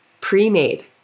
pre-made